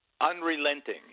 unrelenting